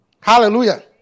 Hallelujah